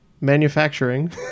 Manufacturing